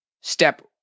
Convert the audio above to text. step